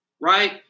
right